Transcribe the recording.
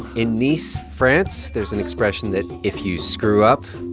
in nice, france, there's an expression that if you screw up,